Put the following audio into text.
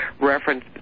reference